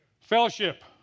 Fellowship